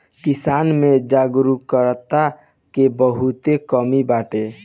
किसान में जागरूकता के बहुते कमी बाटे